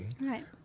right